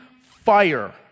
fire